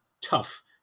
tough